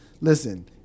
listen